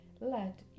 let